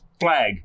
Flag